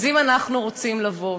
אז אם אנחנו רוצים לבוא,